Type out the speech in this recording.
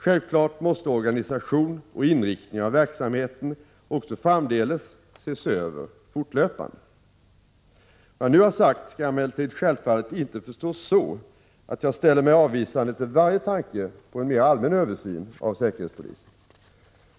Självklart måste organisation och inriktning av verksamheten också framdeles ses över fortlöpande. Vad jag har sagt nu skall emellertid självfallet inte förstås så att jag ställer mig avvisande till varje tanke på en mer allmän översyn av säkerhetspolisen.